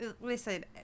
Listen